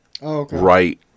right